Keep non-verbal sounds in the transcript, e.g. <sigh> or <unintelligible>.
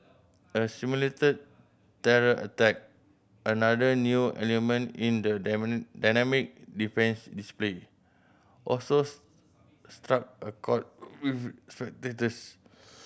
a simulated terror attack another new element in the <unintelligible> dynamic defence display also <unintelligible> struck a chord with spectators